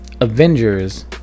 Avengers